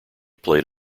played